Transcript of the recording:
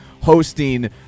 hosting